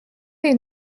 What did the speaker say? les